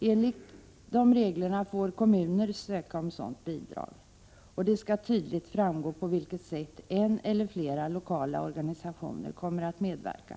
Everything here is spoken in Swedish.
Enligt gällande regler får kommuner söka sådant bidrag. Det skall tydligt framgå på vilket sätt en eller flera lokala organisationer kommer att medverka.